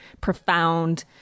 profound